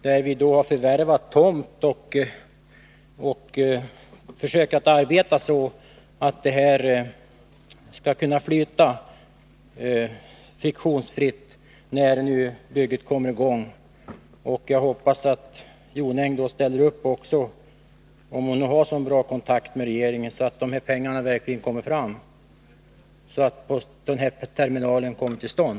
Där har vi förvärvat tomt och försökt arbeta så att bygget skall kunna flyta friktionsfritt när det kommer i gång. Jag hoppas att fru Jonäng ställer upp, om hon nu har så god kontakt med regeringen som hon påstår, så att pengarna kommer fram och terminalen kommer till stånd.